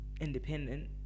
independent